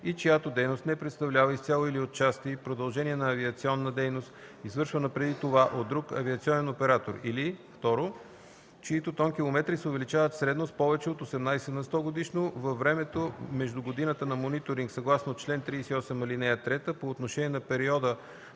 и чиято дейност не представлява изцяло или отчасти продължение на авиационна дейност, извършвана преди това от друг авиационен оператор, или 2. чиито тонкилометри се увеличават средно с повече от 18 на сто годишно във времето между годината на мониторинг съгласно чл. 38, ал. 3, по отношение на периода